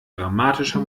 dramatischer